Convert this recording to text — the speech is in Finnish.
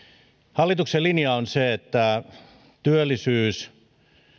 hallituksen linja on se että työllisyys